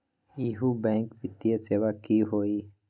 इहु बैंक वित्तीय सेवा की होई?